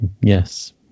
yes